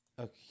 Okay